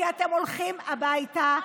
כי אתם הולכים הביתה.